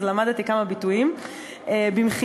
אז למדתי כמה ביטויים במחילה,